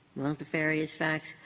multifarious facts,